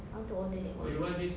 I want to order that one